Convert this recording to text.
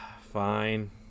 Fine